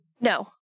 No